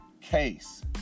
case